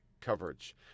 coverage